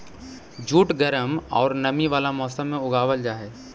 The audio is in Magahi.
जूट गर्म औउर नमी वाला मौसम में उगावल जा हई